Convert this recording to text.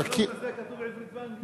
הלוגו הזה כתוב בעברית ואנגלית.